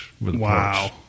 Wow